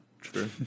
true